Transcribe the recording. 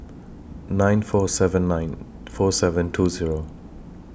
nine four seven nine four seven two Zero